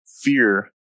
fear